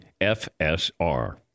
FSR